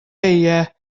beiau